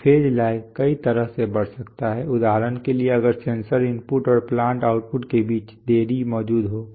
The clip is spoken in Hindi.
तो फेज लैग कई तरह से बढ़ सकता है उदाहरण के लिए अगर सेंसर इनपुट और प्लांट आउटपुट के बीच देरी मौजूद है